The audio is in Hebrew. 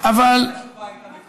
אם היית עושה משאל עם במצרים,